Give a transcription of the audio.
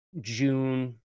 June